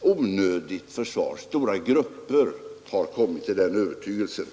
onödigt försvar. Stora grupper har kommit till den övertygelsen.